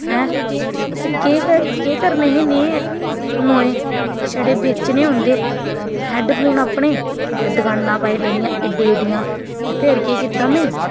हैं ते केह् करने केह् करने हे नेह् मोएं छड़े बेचने होंदे हैडफोन अपने ते दकानां पाई लैनियां एड्डियां एड्डियां ते फेर केह् कीता में